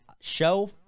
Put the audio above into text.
show